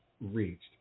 reached